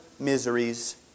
miseries